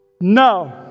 No